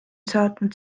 saatnud